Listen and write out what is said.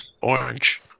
orange